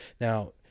now